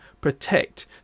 protect